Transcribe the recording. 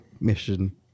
mission